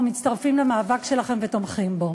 אנחנו מצטרפים למאבק שלכם ותומכים בו.